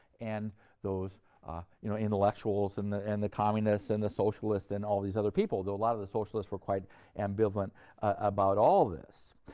and those you know intellectuals, and the and the communists, and the socialists, and all these other people though a lot of the socialists were quite ambivalent about all this.